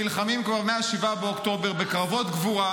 שנלחמים כבר מ-7 באוקטובר בקרבות גבורה,